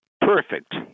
perfect